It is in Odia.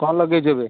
କ'ଣ ଲଗେଇଛୁ ଏବେ